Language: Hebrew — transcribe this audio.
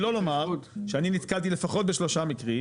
שלא לומר שאני נתקלתי לפחות בשלושה מקרים